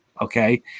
okay